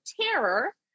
Terror